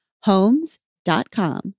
Homes.com